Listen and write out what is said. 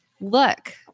look